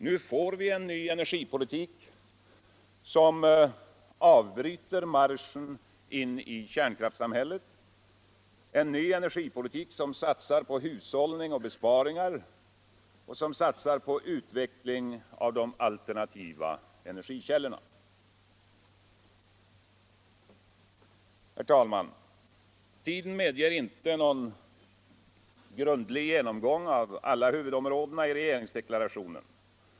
Nu får vi en ny energipolitik, som avbryter marschen in i kärnkraftssamhället, en energipolitik som satsar på hushållning och besparingar och på utveckling av de alternativa cncrgikä!lornzi. Herr talman! Tiden medger inte någon grundlig genomgång av alla huvudområdena i regeringsdeklarationen.